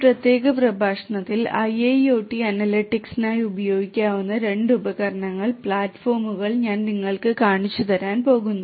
ഈ പ്രത്യേക പ്രഭാഷണത്തിൽ IIoT അനലിറ്റിക്സിനായി ഉപയോഗിക്കാവുന്ന രണ്ട് ഉപകരണങ്ങൾ പ്ലാറ്റ്ഫോമുകൾ ഞാൻ നിങ്ങൾക്ക് കാണിച്ചുതരാൻ പോകുന്നു